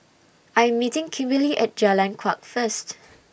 I Am meeting Kimberlie At Jalan Kuak First